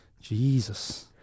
jesus